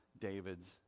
David's